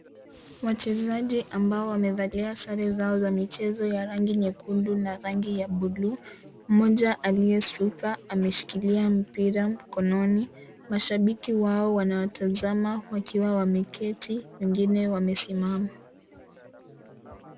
Wachezaji ambao wamevalia sare zao za michezo ya rangi ya nyekundu na buluu. Mmoja aliyesuka ameshikilia mpira mkononi .Mashabiki wao wanawatazama wakiwa wameketi na wengine wamesimama.